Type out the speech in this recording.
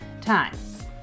times